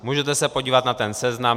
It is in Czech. Můžete se podívat na ten seznam.